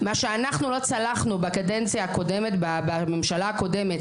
מה שאנחנו לא צלחנו בממשלה הקודם,